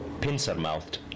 pincer-mouthed